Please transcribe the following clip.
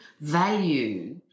value